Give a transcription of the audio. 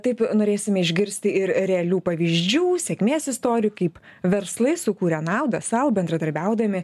taip norėsime išgirsti ir realių pavyzdžių sėkmės istorijų kaip verslai sukuria naudą sau bendradarbiaudami